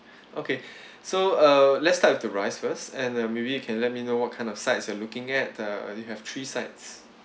okay so uh let's start with the rice first and uh maybe you can let me know what kind of sides you are looking at uh we have three sides